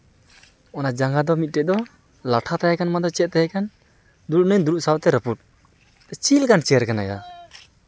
ᱚᱱᱟ ᱡᱟᱸᱜᱟ ᱫᱚ ᱢᱤᱫᱴᱮᱡ ᱫᱚ ᱞᱟᱴᱷᱟ ᱛᱟᱦᱮᱠᱟᱱ ᱵᱟᱝᱫᱚ ᱪᱮᱫ ᱛᱟᱦᱮᱠᱟᱱ ᱫᱩᱲᱩᱵᱱᱟᱹᱧ ᱫᱩᱲᱩᱵ ᱥᱟᱶᱛᱮ ᱨᱟᱹᱯᱩᱫ ᱪᱮᱫᱞᱮᱠᱟᱱ ᱪᱮᱭᱟᱨ ᱠᱟᱱᱟ ᱭᱟ